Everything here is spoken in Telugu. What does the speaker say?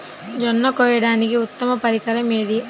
జొన్న కోయడానికి ఉత్తమ పరికరం ఏది?